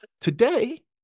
today